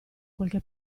qualche